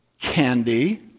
candy